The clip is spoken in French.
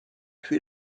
tué